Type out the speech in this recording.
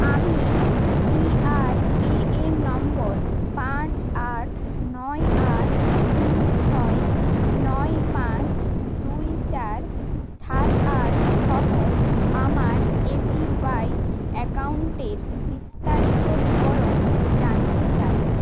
আমি পিআরএএন নম্বর পাঁচ আট নয় আট তিন ছয় নয় পাঁচ দুই চার সাত আট সহ আমার এপিওয়াই অ্যাকাউন্টের বিস্তারিত বিবরণ জানতে চাই